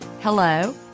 hello